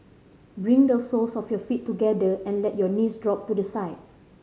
bring the soles of your feet together and let your knees drop to the side